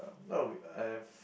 oh I have